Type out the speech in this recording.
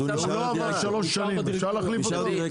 הוא לא עבר שלוש שנים, אפשר להחליף אותו?